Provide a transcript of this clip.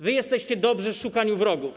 Wy jesteście dobrzy w szukaniu wrogów.